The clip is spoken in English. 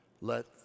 let